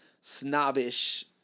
snobbish